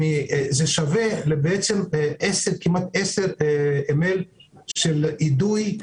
זה שווה לכמעט 10 מ"ל של אידוי,